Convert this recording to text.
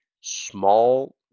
small